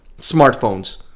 smartphones